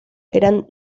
eran